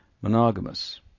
monogamous